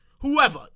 whoever